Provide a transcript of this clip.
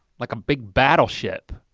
like a big battleship.